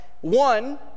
One